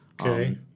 okay